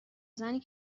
زنی